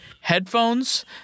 headphones